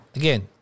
again